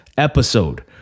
episode